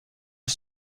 est